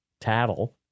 tattle